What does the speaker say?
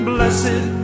Blessed